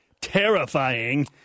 terrifying